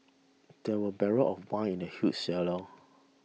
there were barrels of wine in the huge cellar